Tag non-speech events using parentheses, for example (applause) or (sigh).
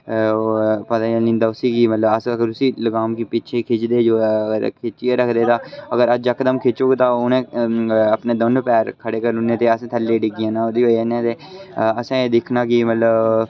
पता निं होंदा उस्सी कि मतलब अस अगर उसी लगाम गी पिच्छे खिचदे जो खिच्चियै अगर यकदम खिच्ची ओड़ें तां उ'नें अपने दोन्नें पैर खड़े करी ओड़ने ते अस थल्लै डिग्गी जाना ओह्दे (unintelligible) असें एह् दिक्खना कि मतलब